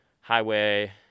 highway